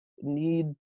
need